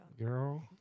girl